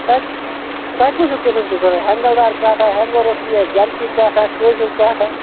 تۄہہِ تۄہہِ کُس ہیٛوٗ قٕسٕم چھُ ضروٗرت ہٮ۪نٛگَل دار کَٹھ ہا ہٮ۪نٛگو روٚستُے ہا جرسی کٹھ ہا کٲشُر کٹھ ہا